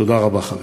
תודה רבה, חברים.